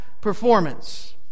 performance